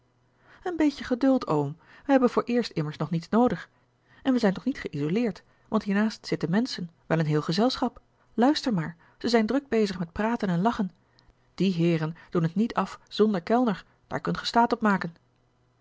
een beetje geduld oom we hebben vooreerst immers nog niets noodig en wij zijn toch niet geïsoleerd want hiernaast zitten menschen wel een heel gezelschap luister maar ze zijn druk bezig met praten en lachen die heeren doen t niet af zonder kellner daar kunt ge staat op maken